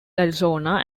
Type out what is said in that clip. arizona